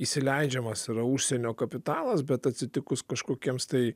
įsileidžiamas yra užsienio kapitalas bet atsitikus kažkokiems tai